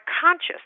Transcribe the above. conscious